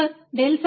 E V E0